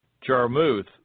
Jarmuth